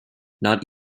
not